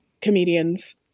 comedians